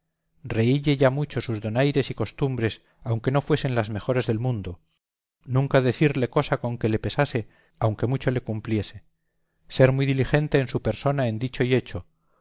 reílle ya mucho sus donaires y costumbres aunque no fuesen las mejores del mundo nunca decirle cosa con que le pesase aunque mucho le cumpliese ser muy diligente en su persona en dicho y hecho